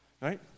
Right